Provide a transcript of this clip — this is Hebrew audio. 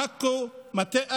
עכו, מטה אשר,